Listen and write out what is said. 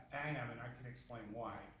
um and i can explain why.